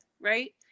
right